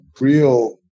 real